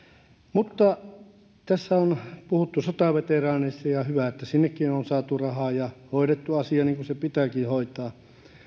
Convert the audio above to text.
tässä on puhuttu sotaveteraaneista ja ja hyvä että sinnekin on saatu rahaa ja hoidettu asia niin kuin se pitääkin hoitaa